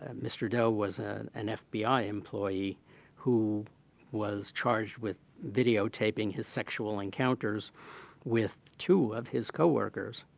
ah mr. dow was an an fbi employee who was charged with videotaping his sexual encounters with two of his coworkers.